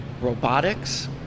robotics